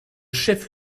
chef